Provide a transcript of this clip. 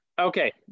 Okay